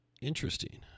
interesting